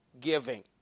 giving